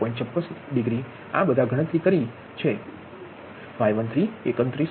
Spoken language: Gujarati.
56 ડિગ્રી બધા ગણતરી Y13 31